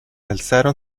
alzaron